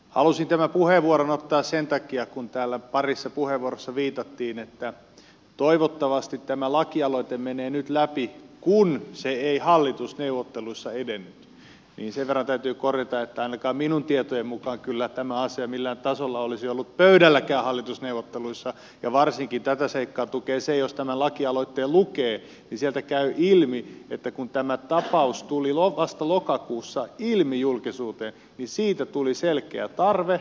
halusin tämän puheenvuoron ottaa sen takia kun täällä parissa puheenvuorossa viitattiin siihen että toivottavasti tämä lakialoite menee nyt läpi kun se ei hallitusneuvotteluissa edennyt niin sen verran täytyy korjata että ainakaan minun tietojeni mukaan kyllä tämä asia ei millään tasolla olisi ollut pöydälläkään hallitusneuvotteluissa ja varsinkin tätä seikkaa tukee se jos tämän lakialoitteen lukee niin sieltä käy ilmi että kun tämä tapaus tuli vasta lokakuussa ilmi julkisuudessa siihen tuli selkeä tarve